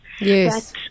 Yes